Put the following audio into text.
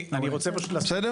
אני רוצה פשוט להספיק.